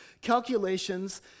calculations